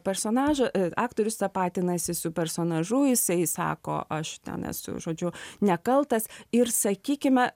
personažą aktorius tapatinasi su personažu jisai sako aš ten esu žodžiu nekaltas ir sakykime